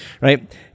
right